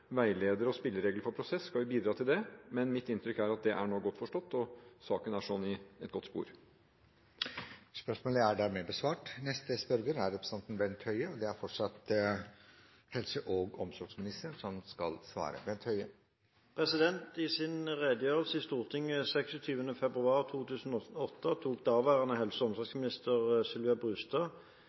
veileder og spilleregler for prosess, så skal vi bidra til det. Men mitt inntrykk er at det godt forstått, og saken er sånn sett i et godt spor. «I sin redegjørelse i Stortinget 26. februar 2008 tok daværende helse- og omsorgsminister Sylvia Brustad Helsetilsynets rapport om situasjonen på akuttmottakene på det største alvor. I sitt svar i Stortinget 3. april 2013 sier helse- og